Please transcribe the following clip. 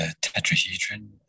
tetrahedron